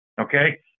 Okay